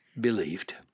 believed